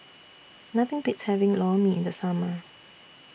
Nothing Beats having Lor Mee in The Summer